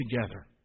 together